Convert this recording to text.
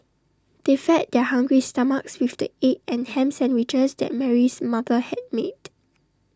they fed their hungry stomachs with the egg and Ham Sandwiches that Mary's mother had made